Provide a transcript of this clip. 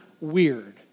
weird